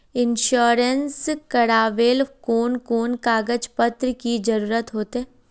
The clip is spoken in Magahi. इंश्योरेंस करावेल कोन कोन कागज पत्र की जरूरत होते?